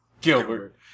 Gilbert